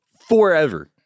forever